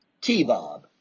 T-Bob